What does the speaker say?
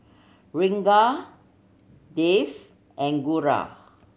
Ranga Dev and Guru